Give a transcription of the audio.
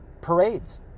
parades